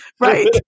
Right